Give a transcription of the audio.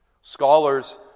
Scholars